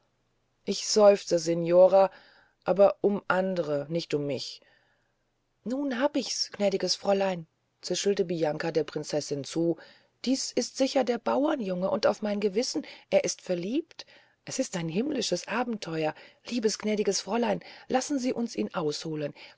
ich seufze signora aber um andre nicht um mich nun hab ichs gnädiges fräulein zischelte bianca der prinzessin zu dies ist sicherlich der bauerjunge und auf mein gewissen er ist verliebt das ist ein himmlisches abentheuer liebes gnädiges fräulein lassen sie uns ihn ausholen